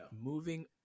Moving